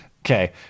Okay